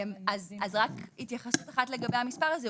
רק התייחסות אחת לגבי המספר הזה,